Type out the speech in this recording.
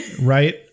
Right